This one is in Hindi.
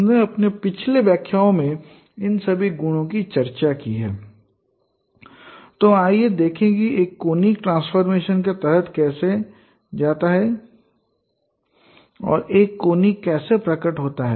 हमने अपने पिछले व्याख्यानों में इन सभी गुणों की चर्चा की है तो आइए देखें कि एक कोनिक ट्रांसफॉर्मेशन के तहत कैसे जाता है और एक कोनिक कैसे प्रकट होता है